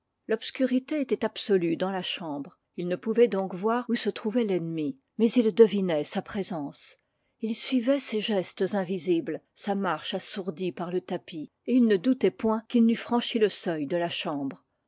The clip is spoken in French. l'obscurité était absolue dans la chambre ils ne pouvaient donc voir où se trouvait l'ennemi mais ils devinaient sa présence ils suivaient ses gestes invisibles sa marche assourdie par le tapis et ils ne doutaient point qu'il n'eût franchi le seuil de la chambre